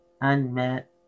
unmet